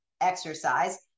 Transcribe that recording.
exercise